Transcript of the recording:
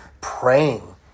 praying